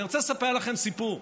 אני רוצה לספר לכם סיפור.